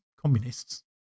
communists